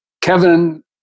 Kevin